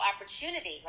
opportunity